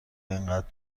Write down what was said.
اینقدر